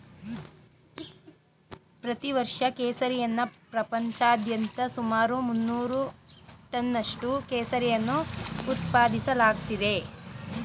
ಪ್ರತಿ ವರ್ಷ ಕೇಸರಿಯನ್ನ ಪ್ರಪಂಚಾದ್ಯಂತ ಸುಮಾರು ಮುನ್ನೂರು ಟನ್ನಷ್ಟು ಕೇಸರಿಯನ್ನು ಉತ್ಪಾದಿಸಲಾಗ್ತಿದೆ